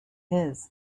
his